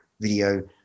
video